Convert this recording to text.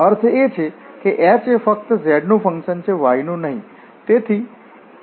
અર્થ એ કે h એ ફક્ત z નું ફંક્શન છે y નું નહીં